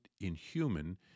inhuman